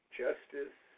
justice